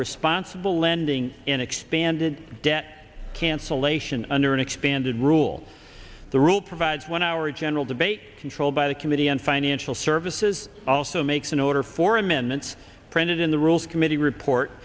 responsible lending in expanded debt cancellation under an expanded rule the rule provides one hour general debate controlled by the committee on financial services also makes an order for a minutes printed in the rules committee report